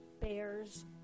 bears